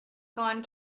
gone